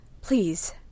please